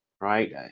Right